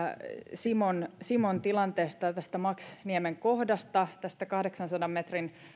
simon simon tilanteesta ja tästä maksniemen kohdasta tästä kahdeksansadan metrin